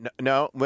No